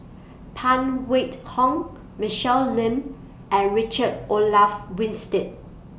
Phan Wait Hong Michelle Lim and Richard Olaf Winstedt